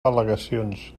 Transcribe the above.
al·legacions